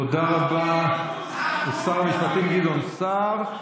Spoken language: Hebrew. תודה רבה לשר המשפטים גדעון סער.